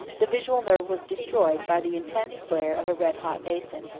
the visual nerve was destroyed by the intense glare of a red-hot basin,